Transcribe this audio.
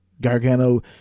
gargano